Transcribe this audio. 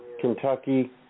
Kentucky